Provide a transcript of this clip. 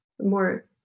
more